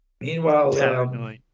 Meanwhile